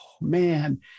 man